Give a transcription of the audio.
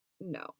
No